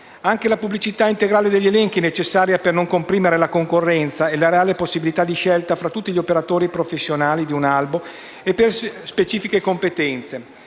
Anche la pubblicità integrale degli elenchi è necessaria per non comprimere la concorrenza e la reale possibilità di scelta tra tutti gli operatori professionali di un albo e per specifiche competenze.